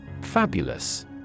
Fabulous